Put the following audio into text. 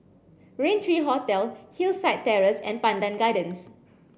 Raintree Hotel Hillside Terrace and Pandan Gardens